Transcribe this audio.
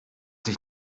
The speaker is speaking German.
dich